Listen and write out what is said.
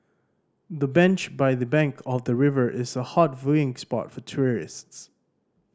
the bench by the bank of the river is a hot viewing spot for tourists